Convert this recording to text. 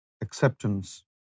acceptance